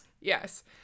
Yes